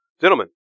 gentlemen